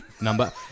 number